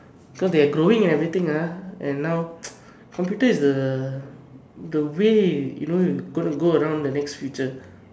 cause they are growing and everything ah and now computer is the the way you know you're going to go around the next future